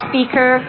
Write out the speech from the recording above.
Speaker